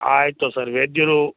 ಆಯಿತು ಸರ್ ವೈದ್ಯರು